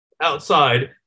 outside